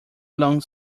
long